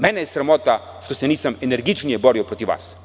Mene je sramota što se nisam energičnije borio protiv vas.